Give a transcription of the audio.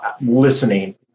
listening